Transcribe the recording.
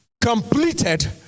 completed